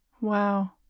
wow